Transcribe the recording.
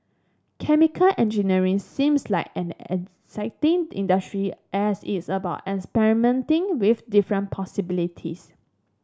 chemical engineering seems like and an exciting industry as it's about experimenting with different possibilities